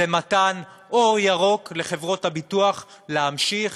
זה מתן אור ירוק לחברות הביטוח להמשיך